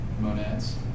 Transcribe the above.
Monads